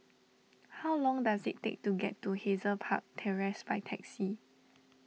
how long does it take to get to Hazel Park Terrace by taxi